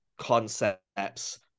concepts